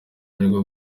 aribwo